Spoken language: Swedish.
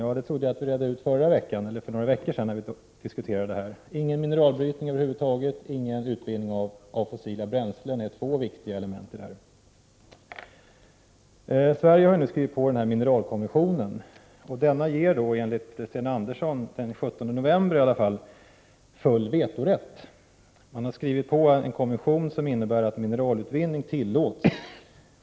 Jag trodde att vi redde ut den saken förra gången vi diskuterade detta. Ingen mineralbrytning över huvud taget och ingen utvinning av fossila bränslen är två viktiga element i sammanhanget. Sverige har ju nu skrivit under Mineralkonventionen. Denna ger, enligt vad Sten Andersson sade den 17 november, full vetorätt. Man har alltså skrivit under en konvention som innebär att mineralutvinning tillåts.